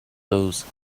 those